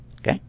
Okay